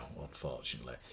unfortunately